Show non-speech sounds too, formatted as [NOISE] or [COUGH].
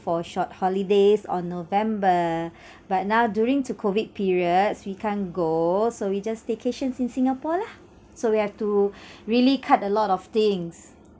for a short holidays on november but now during to COVID periods we can't go so we just staycations in singapore lah so we have to [BREATH] really cut a lot of things